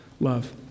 love